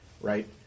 right